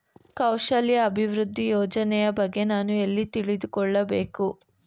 ಕೌಶಲ್ಯ ಅಭಿವೃದ್ಧಿ ಯೋಜನೆಯ ಬಗ್ಗೆ ನಾನು ಎಲ್ಲಿ ತಿಳಿದುಕೊಳ್ಳಬೇಕು?